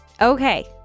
Okay